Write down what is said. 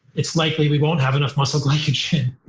it's likely we won't have enough muscle glycogen,